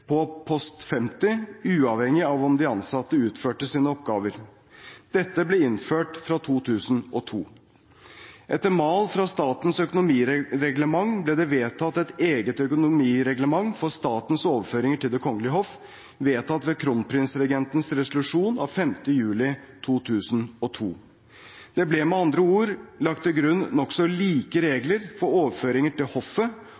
på post 50, uavhengig av hvor de ansatte utførte sine oppgaver. Dette ble innført fra 2002. Etter mal fra statens økonomireglement ble det vedtatt et eget økonomireglement for statens overføringer til Det kongelige hoff, vedtatt ved kronprinsregentens resolusjon av 5. juli 2002. Det ble med andre ord lagt til grunn nokså like regler for overføringer til hoffet